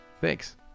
Thanks